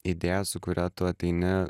idėja su kuria tu ateini